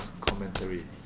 commentary